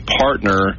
partner